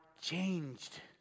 changed